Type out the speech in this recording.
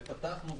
ופתחנו,